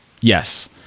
Yes